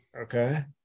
Okay